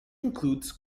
includes